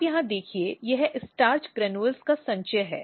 आप यहाँ देखिये यह स्टार्च ग्रेन्युल का संचय है